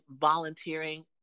volunteering